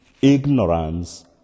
ignorance